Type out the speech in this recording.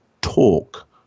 talk